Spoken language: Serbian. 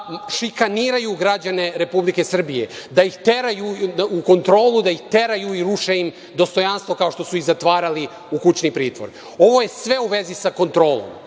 da šikaniraju građane Republike Srbije, da ih teraju u kontrolu, da ih teraju i ruše im dostojanstvo, kao što su ih zatvarali u kućni pritvor. Ovo je sve u vezi sa kontrolom. Što